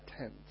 tent